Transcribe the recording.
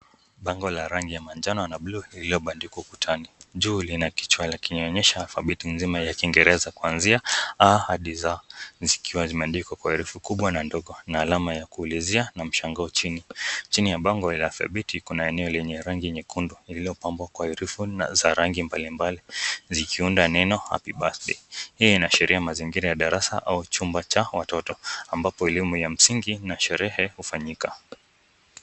Bango la rangi la manjano na bluu lilobandikwa ukutani. Juu lina kichwa lakionyesha alphabeti mzima ya kiingereza kuanzia a hadi z, zikiwa zimeandikwa kwa herufi kubwa na ndogo, na alama ya kuulizia na mshangao chini. Chini ya bango la alphabeti kuna eneo lenye rangi nyekundu lililopangwa kwa herufi za rangi mbali mbali zikiunda neno Happy birthday . Hii inaashiria mazingira ya darasa au chumba cha watoto, ambapo elimu ya msingi na sherehe hufanyika.